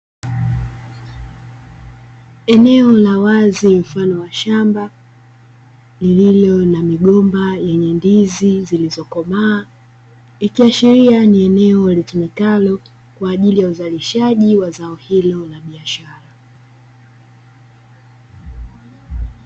Eneo la wazi mfano wa shamba lililo na migomba yenye ndizi zilizokomaa ikiashiria ni eneo litumikalo kwa ajili ya uzalishaji wa zao hilo la biashara.